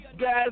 guys